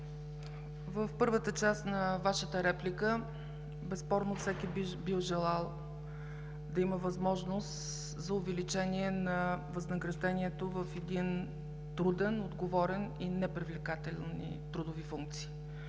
В първата част на Вашата реплика – безспорно всеки би желал да има възможност за увеличение на възнаграждението в едни трудни, отговорни и непривлекателни трудови функции.